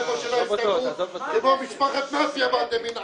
אנחנו דיברנו על אתר בניה שהתחילו בביצוע עבודות בנייה